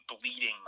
bleeding